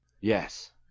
Yes